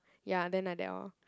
ya then like that lor